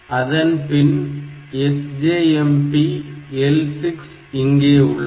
அதன்பின் SJMP L6 இங்கே உள்ளது